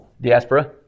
Diaspora